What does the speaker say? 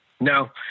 No